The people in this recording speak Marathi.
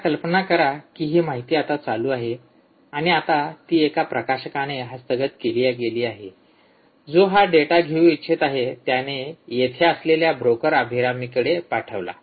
आता कल्पना करा की ही माहिती आता चालू आहे आणि आता ती एका प्रकाशकाने हस्तगत केली गेली आहे जो हा डेटा घेऊ इच्छित आहे त्याने येथे असलेल्या ब्रोकर अभिरामीकडे पाठवला